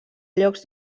llocs